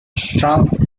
strong